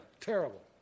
terrible